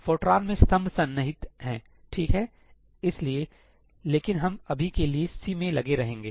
Fortran में स्तंभ सन्निहित है ठीक है इसलिए लेकिन हम अभी के लिए C से लगे रहेंगे